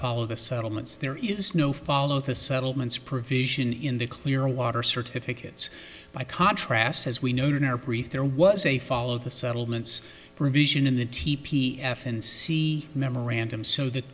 follow the settlements there is no follow the settlements provision in the clearwater certificates by contrast as we noted in our brief there was a fall of the settlements provision in the tepee f and c memorandum so that